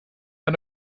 out